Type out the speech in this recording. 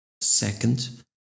Second